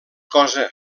cosa